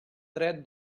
dret